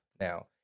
now